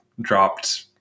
dropped